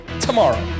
tomorrow